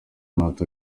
martin